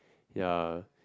ya